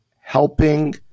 helping